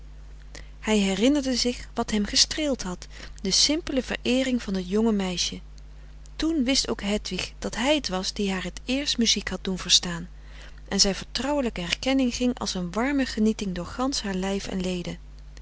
hij herinnerde zich wat hem gestreeld had de simpele vereering van het jonge meisje toen wist ook hedwig dat hij t was die haar t eerst muziek had doen verstaan en zijn vertrouwelijke herkenning ging als een warme genieting door gansch haar lijf en leden